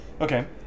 Okay